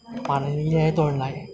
ma leng 也多人来